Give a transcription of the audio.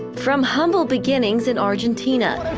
from humble beginnings in argentina